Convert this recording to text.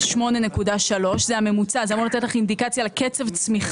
זו תחזית שהיא כמובן נכונה למועד